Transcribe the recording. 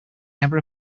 never